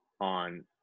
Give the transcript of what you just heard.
on